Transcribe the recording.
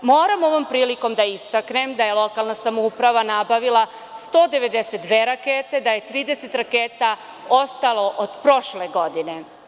Moram ovom prilikom da istaknem da je lokalna samouprava nabavila 192 rakete, da je 30 raketa ostalo od prošle godine.